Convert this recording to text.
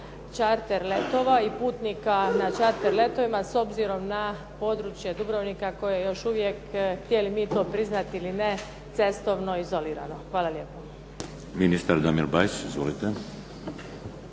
čarter letova i putnika na čarter letovima, s obzirom na područje Dubrovnika koje je još uvijek, htjeli mi to priznati ili ne, cestovno izolirano. Hvala lijepo.